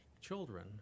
children